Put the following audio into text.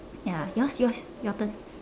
ya yours yours your turn